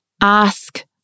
ask